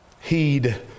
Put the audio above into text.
Heed